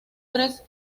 tres